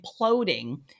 imploding